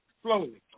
slowly